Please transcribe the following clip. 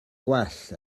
gwell